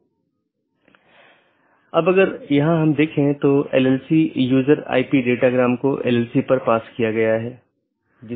एक ज्ञात अनिवार्य विशेषता एट्रिब्यूट है जोकि सभी BGP कार्यान्वयन द्वारा पहचाना जाना चाहिए और हर अपडेट संदेश के लिए समान होना चाहिए